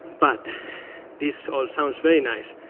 but this all sounds very nice.